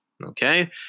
Okay